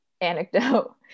anecdote